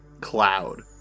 cloud